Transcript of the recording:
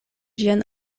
ĝian